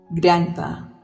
Grandpa